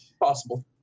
possible